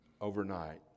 overnight